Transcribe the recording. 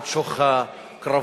עד שוך הקרבות,